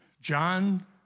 John